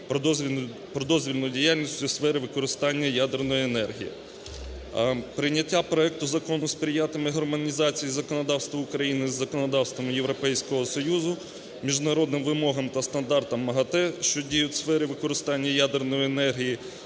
"Про дозвільну діяльність у сфері використання ядерної енергії". Прийняття проекту Закону сприятиме гармонізації законодавства України із законодавством Європейського Союзу, міжнародним вимогам та стандартам МАГАТЕ, що діють у сфері використання ядерної енергії,